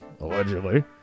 Allegedly